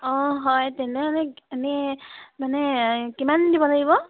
অঁ হয় তেনেহ'লে এনেই মানে কিমান দিব লাগিব